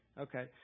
Okay